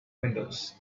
windows